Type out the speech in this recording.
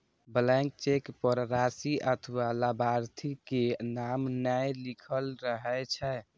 blank cheque पर राशि अथवा लाभार्थी के नाम नै लिखल रहै छै